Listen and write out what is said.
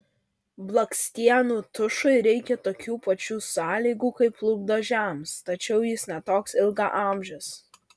blakstienų tušui reikia tokių pačių sąlygų kaip lūpdažiams tačiau jis ne toks ilgaamžis